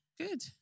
good